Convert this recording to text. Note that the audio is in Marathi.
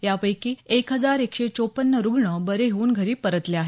यापैकी एक हजार एकशे चोपन्न रुग्ण बरे होऊन घरी परतले आहेत